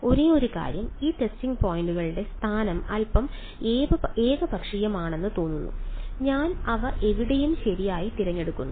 ഒരേയൊരു കാര്യം ഈ ടെസ്റ്റിംഗ് പോയിന്റുകളുടെ സ്ഥാനം അൽപ്പം ഏകപക്ഷീയമാണെന്ന് തോന്നുന്നു ഞാൻ അവ എവിടെയും ശരിയായി തിരഞ്ഞെടുക്കുന്നു